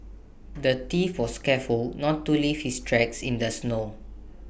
the thief was careful not to leave his tracks in the snow